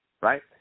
right